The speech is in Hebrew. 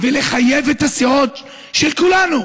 ולחייב את הסיעות של כולנו,